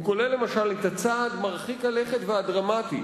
הוא כולל למשל את הצעד מרחיק הלכת והדרמטי